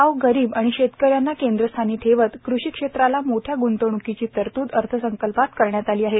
गाव गरिब आणि शेतकऱ्यांना केंद्रस्थानी ठेवत कृषी क्षेत्रात मोठ्या ग्ंतवण्कींची तरत्द अर्थसंकल्पात करण्यात आली आहे